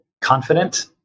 confident